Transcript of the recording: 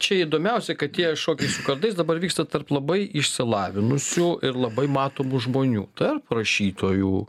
čia įdomiausia kad tie šokiai su kardais dabar vyksta tarp labai išsilavinusių ir labai matomų žmonių tarp rašytojų